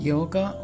Yoga